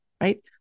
right